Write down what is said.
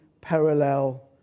parallel